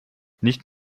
nicht